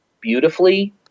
beautifully